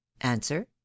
Answer